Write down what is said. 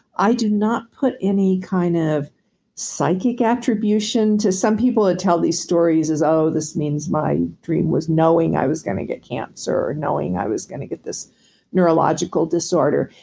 i do not put any kind of psychic attribution. some people tell these stories as oh, this means my dream was knowing i was going to get cancer or knowing i was going to get this neurological disorder.